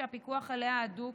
שהפיקוח עליה הדוק,